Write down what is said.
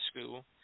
school